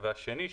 והשני,